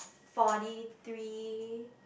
forty three